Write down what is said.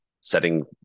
setting